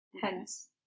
hence